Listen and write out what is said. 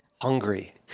hungry